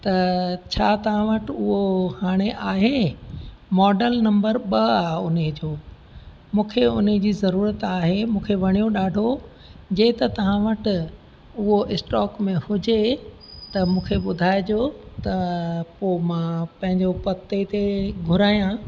त छा तव्हां वटि उहो हाणे आहे मॉडल नम्बर ॿ आहे हुनजो मूंखे हुनजी ज़रूरत आहे मूंखे वणियो ॾाढो हुजे त तव्हां वटि उहो स्टॉक में हुजे त मूंखे ॿुधाइजो त पोइ मां पंहिंजो पते ते घुराया